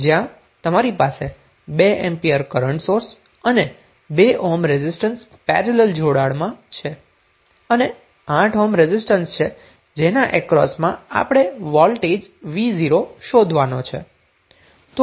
જ્યાં તમારી પાસે 2 એમ્પિયર કરન્ટ સોર્સ અને 2 ઓહ્મ રેઝિસ્ટન્સ પેરેલલ જોડાણમાં છે અને 8 ઓહ્મ રેઝિસ્ટન્સ છે જેના અક્રોસમાં આપણે વોલ્ટેજ v0 શોધવાનો છે